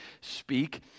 speak